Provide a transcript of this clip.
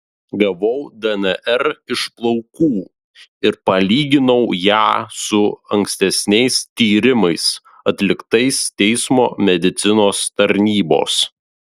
gavau dnr iš plaukų ir palyginau ją su ankstesniais tyrimais atliktais teismo medicinos tarnybos